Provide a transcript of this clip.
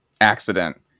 accident